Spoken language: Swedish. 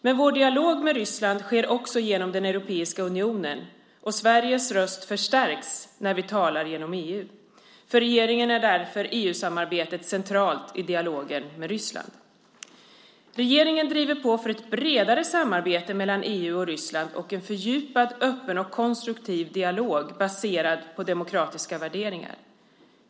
Men vår dialog med Ryssland sker också genom Europeiska unionen, och Sveriges röst förstärks när vi talar genom EU. För regeringen är därför EU-samarbetet centralt i dialogen med Ryssland. Regeringen driver på för ett bredare samarbete mellan EU och Ryssland och en fördjupad, öppen och konstruktiv dialog baserad på demokratiska värderingar.